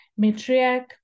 matriarch